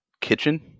Kitchen